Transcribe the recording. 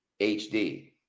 HD